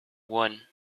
one